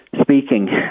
Speaking